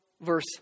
verse